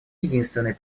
единственный